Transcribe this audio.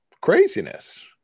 craziness